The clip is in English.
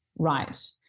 right